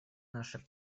наши